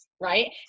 Right